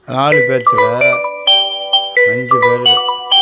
நாலு பேர்த்துக்கும் அஞ்சு பிள்ளைங்க